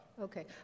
Okay